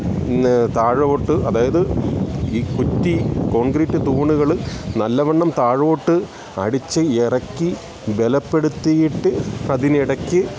താഴോട്ട് അതായത് ഈ കുറ്റി കോൺക്രീറ്റ് തൂണുകൾ നല്ലവണ്ണം താഴോട്ട് അടിച്ചിറക്കി ബലപ്പെടുത്തിയിട്ട് അതിനിടയ്ക്ക്